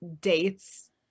dates